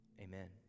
amen